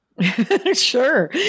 sure